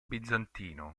bizantino